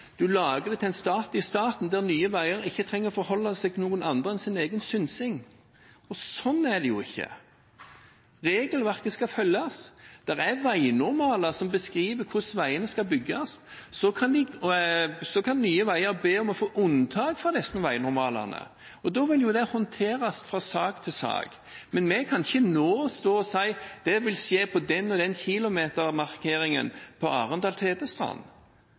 lager en stat i staten, der Nye Veier ikke trenger å forholde seg til noen andre enn sin egen synsing. Sånn er det jo ikke. Regelverket skal følges. Det er veinormaler som beskriver hvordan veiene skal bygges. Så kan Nye Veier be om å få unntak fra disse veinormalene. Da vil det håndteres fra sak til sak. Vi kan ikke nå stå og si at det vil skje på den og den kilometermarkeringen på